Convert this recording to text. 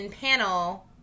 panel